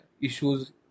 issues